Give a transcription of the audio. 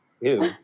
Ew